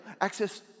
access